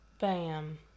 Bam